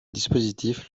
dispositif